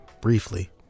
briefly